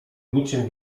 niczym